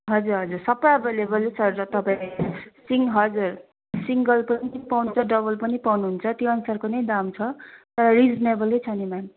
हजुर हजुर सब एभाइलेभल छ र तपाईँले सिङ हजुर सिङ्गल पनि पाउनु हुन्छ डबल पनि पाउनु हुन्छ त्यो अनुसारको नै दाम छ तर रिजनेबल नै छ नि मेम